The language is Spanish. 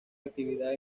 actividad